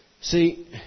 See